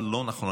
מה לא נכון,